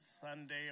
Sunday